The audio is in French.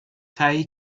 tai